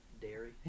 dairy